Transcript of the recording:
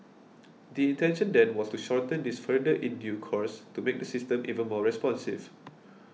the intention then was to shorten this further in due course to make the system even more responsive